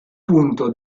punto